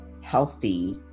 healthy